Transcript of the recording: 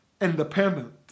independent